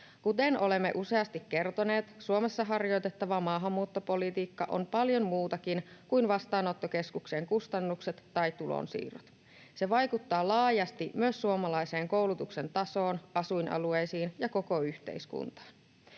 Kuten olemme useasti kertoneet, Suomessa harjoitettava maahanmuuttopolitiikka on paljon muutakin kuin vastaanottokeskuksien kustannukset tai tulonsiirrot. Se vaikuttaa laajasti myös suomalaisen koulutuksen tasoon, asuinalueisiin ja koko yhteiskuntaan.